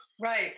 Right